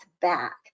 back